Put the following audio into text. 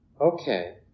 Okay